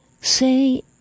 Say